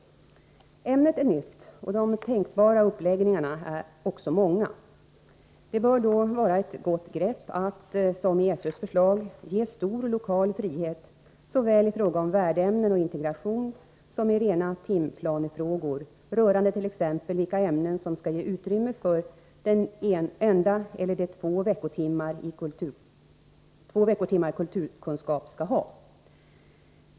Ämnet är nytt och de tänkbara uppläggningarna också många. Det bör då vara ett gott grepp att, som i SÖ:s förslag, ge stor lokal frihet såväl i fråga om värdämnen och integration som i rena timplanefrågor rörande t.ex. vilka ämnen som skall ge utrymme för den enda eller de två veckotimmar kulturkunskap skall ha.